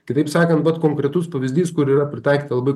kitaip sakant vat konkretus pavyzdys kur yra pritaikyta labai